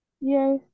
Yes